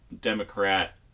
Democrat